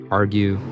argue